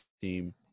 team